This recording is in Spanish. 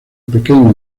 pequeño